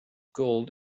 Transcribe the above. gold